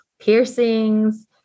piercings